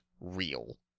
real